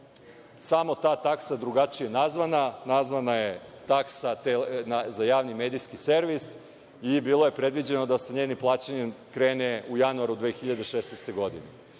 samo ta taksa drugačije nazvana. Nazvana je taksa za javni medijski servis i bilo je predviđeno da se njenim plaćanjem krene u januaru 2016. godine.